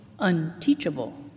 unteachable